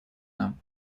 нам